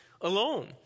alone